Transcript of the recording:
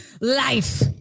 Life